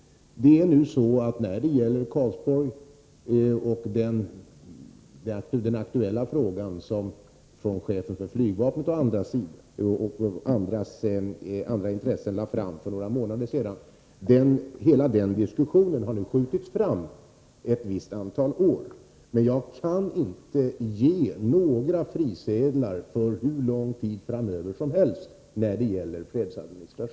Det är nu så när det gäller Karlsborg att diskussionen om den fråga som chefen för flygvapnet och andra intressenter aktualiserade för några månader sedan har skjutits fram ett visst antal år. Jag kan inte utdela frisedlar för fredsadministrationer för hur lång tid framöver som helst.